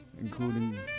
including